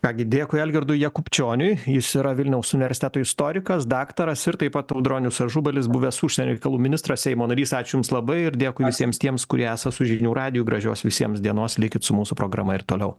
ką gi dėkui algirdui jakubčioniui jis yra vilniaus universiteto istorikas daktaras ir taip pat audronius ažubalis buvęs užsienio reikalų ministras seimo narys ačiū jums labai ir dėkui visiems tiems kurie esat su žinių radiju gražios visiems dienos likit su mūsų programa ir toliau